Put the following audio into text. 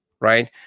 right